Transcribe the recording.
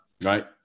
right